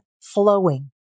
flowing